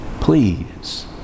please